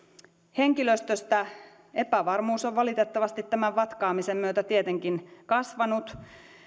henkilöstöstä epävarmuus on valitettavasti tämän vatkaamisen myötä tietenkin kasvanut